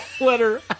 letter